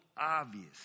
obvious